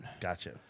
Gotcha